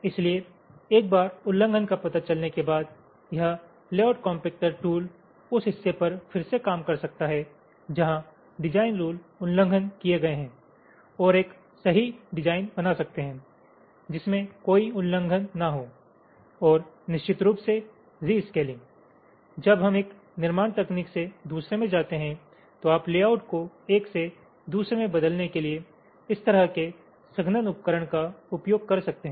इसलिए एक बार उल्लंघन का पता चलने के बाद यह लेआउट कॉम्पेक्टर टूल उस हिस्से पर फिर से काम कर सकता है जहां डिज़ाइन रुल उल्लंघन किए गए हैं और एक सही डिज़ाइन बना सकते हैं जिसमे कोइ उल्लंघन न हो और निश्चित रूप से रिस्केलिंग जब हम एक निर्माण तकनीक से दूसरे में जाते हैं तो आप लेआउट को एक से दूसरे में बदलने के लिए इस तरह के संघनन उपकरण का उपयोग कर सकते हैं